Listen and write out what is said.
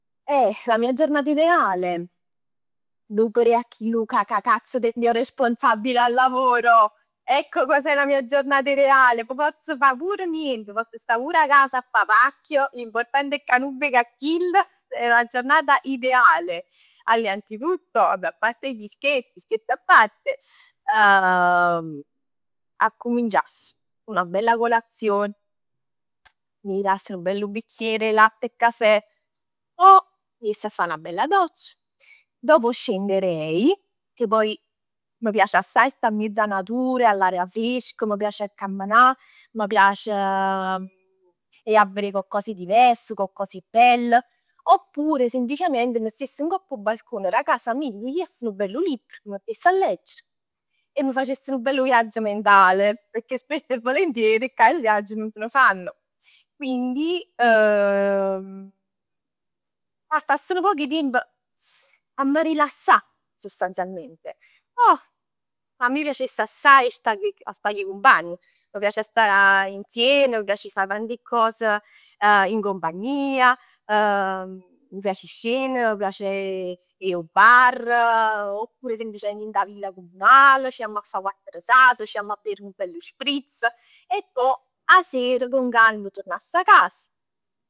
Eh la mia giornata ideale? Nun verè a chillu cacacazz del mio responsbile a lavoro. Ecco cos'è la mia giornata ideale. Poi pozz fa pur niente, pozz sta pur 'a casa a fà 'a pacchia, l'importante è ca nun veg 'a chill, è la giornata ideale. Allor innanzitutto, vabbè apparte gli scherzi, scherzi a parte. Accuminciass cu 'na bella colazion, mi pigliass 'nu bell bicchier 'e latte e cafè. Pò m' jess a fa 'na bella doccia. Dopo scenderei, pecchè m' piace sta assaje miezz 'a natur e 'a l'aria fresca, m'piace a camminà. M'piace 'e ji 'a verè coccos 'e diverso, coccos 'e bell. Oppure semplicemente m' stess ngopp 'o balcon d' 'a casa mij, mi pigliass nu bell libr. M' mettess a leggere e m' facess nu bellu viaggio mentale. Pecchè spesso e volentieri cà 'e viaggi nun se ne fanno. Quindi, passass nu poc 'e tiemp 'a m' rilassà sostanzialmente. Pò a me piacess assaje a sta, a stà cu 'e cumpagn. M'piace a stà insieme, mi piace a fa tanti cos in compagnia, m' piace 'e scennere, m' piace 'e ji 'o bar. Oppure semplicemente dint 'a villa comunale, c'jamm a fà quatt risate, c'jamm a ber nu bellu Spritz e pò 'a sera cu calma turnass 'a cas.